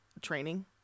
training